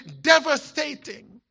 devastating